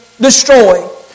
destroy